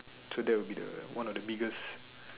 so that will be the one of the biggest